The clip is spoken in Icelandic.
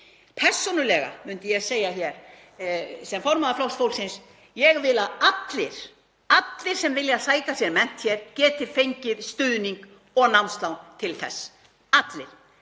Persónulega myndi ég segja hér sem formaður Flokks fólksins: Ég vil að allir sem vilja sækja sér menntun hér geti fengið stuðning og námslán til þess, allir,